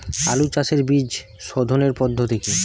আলু চাষের বীজ সোধনের পদ্ধতি কি?